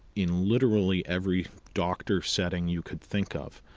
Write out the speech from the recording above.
in literally every doctor setting you could think of.